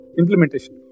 implementation